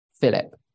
Philip